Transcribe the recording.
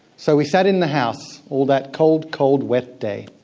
so we sat in the house, all that cold, cold wet day.